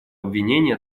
обвинения